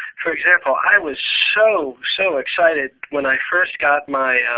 for example, i was so, so excited when i first got my